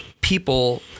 people